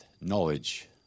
knowledge